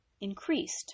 increased